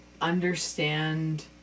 understand